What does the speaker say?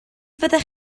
fyddech